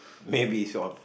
maybe so